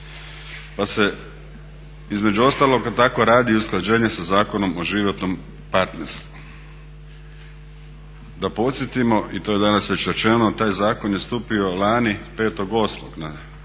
Pa se između ostalog tako radi usklađenje sa Zakonom o životnom partnerstvu. Da podsjetimo, i to je danas već rečeno, taj zakon je stupio lani 5.08. na snagu,